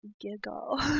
giggle